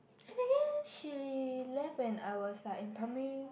eh technically she left when I was like in primary